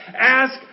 ask